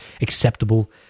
acceptable